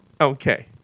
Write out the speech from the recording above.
Okay